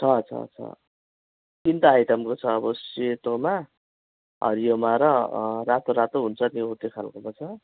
छ छ छ तिनटा आइटमको छ अब सेतोमा हरियोमा र रातो रातो हुन्छ त्यो हो त्यो खालकोमा छ